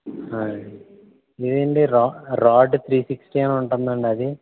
ఆయ్ ఇది అండి రా రాడ్ త్రీ సిక్స్టీ అని ఉంటుందండి అది